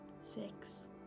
six